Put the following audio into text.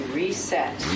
reset